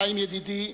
חיים ידידי,